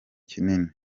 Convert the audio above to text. kinini